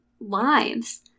lives